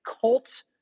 cult